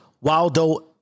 Waldo